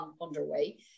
underway